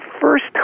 first